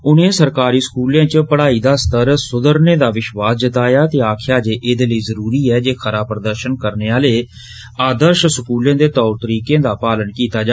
उने सरकारी स्कूलें च पढ़ाई दा स्तर सुधारने पर विष्वास जताया ते आक्खेआ जे एहदे लेई जरूरी ऐ जे खरा प्रदर्षन करने आले आदर्ष स्कूलें दे तौर तरीकें दा पालने कीता जा